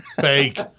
Fake